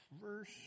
Verse